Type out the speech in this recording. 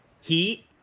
Heat